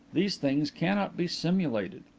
these things cannot be simulated.